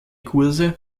kurse